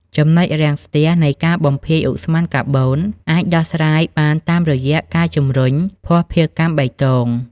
ចំណុចរាំងស្ទះនៃ "ការបំភាយឧស្ម័នកាបូន" អាចដោះស្រាយបានតាមរយៈការជម្រុញ "ភស្តុភារកម្មបៃតង"។